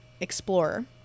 explorer